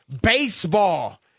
baseball